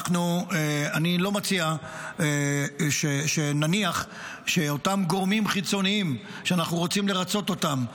אני לא מציע שנניח שאותם גורמים חיצוניים שאנחנו רוצים לרצות אותם,